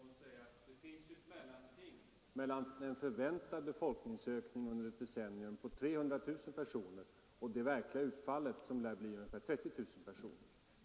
Herr talman! Jag vill börja med herr Gustavsson i Alvesta och säga att det finns ett mellanting mellan en förväntad befolkningsökning under ett decennium på 300 000 personer och ett verkligt utfall på ungefär 30 000 personer.